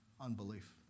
unbelief